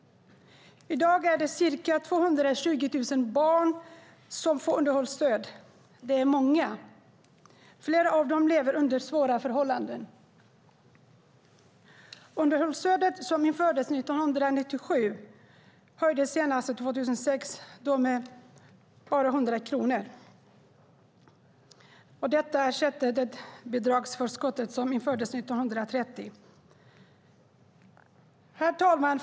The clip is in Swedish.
I dag är det ca 220 000 barn som får underhållsstöd. Det är många. Flera av dem lever under svåra förhållanden. Underhållsstödet, som infördes 1997, höjdes senast 2006 och då med bara 100 kronor. Detta ersätter bidragsförskottet, som infördes 1930. Herr talman!